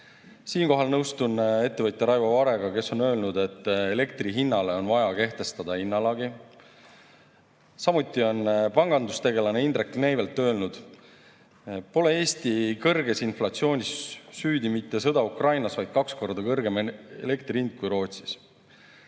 Siinkohal nõustun ettevõtja Raivo Varega, kes on öelnud, et elektri hinnale on vaja kehtestada lagi. Samuti on pangandustegelane Indrek Neivelt öelnud, et Eesti kõrges inflatsioonis pole süüdi mitte sõda Ukrainas, vaid kaks korda kõrgem elektri hind kui Rootsis.